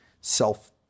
self